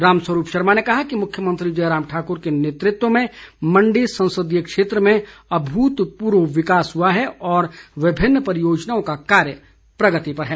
रामस्वरूप शर्मा ने कहा कि मुख्यमंत्री जयराम ठाकुर के नेतृत्व में मंडी संसदीय क्षेत्र में अभूतपूर्व विकास हआ है और विभिन्न परियोजनाओं का कार्य प्रगति पर है